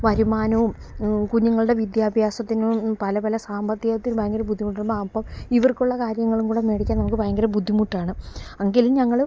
വരുമാനവും കുഞ്ഞുങ്ങളുടെ വിദ്യാഭ്യാസത്തിനും പല പല സാമ്പത്തികത്തിൽ ഭയങ്കര ബുദ്ധിമുട്ടുമ്പോൾ അപ്പോൾ ഇവർക്കുള്ള കാര്യങ്ങളുംകൂടെ മേടിക്കാൻ നമുക്ക് ഭയങ്കര ബുദ്ധിമുട്ടാണ് എങ്കിലും ഞങ്ങൾ